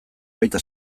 baita